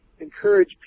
encourage